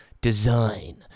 design